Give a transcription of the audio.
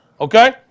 okay